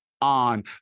on